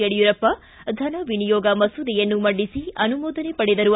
ಯಡಿಯೂರಪ್ಪ ಧನ ವಿನಿಯೋಗ ಮಸೂದೆಯನ್ನು ಮಂಡಿಸಿ ಅನುಮೋದನೆ ಪಡೆದರು